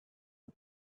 and